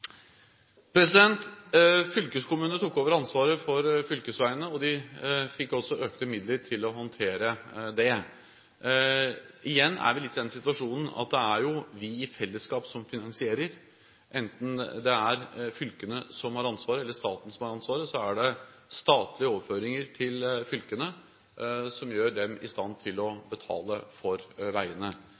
Fylkeskommunene tok over ansvaret for fylkesveiene, og de fikk også økte midler til å håndtere det. Igjen er vi litt i den situasjonen at det er vi i fellesskap som finansierer. Enten det er fylkene som har ansvaret, eller det er staten som har ansvaret, er det statlige overføringer til fylkene som gjør dem i stand til å betale for veiene.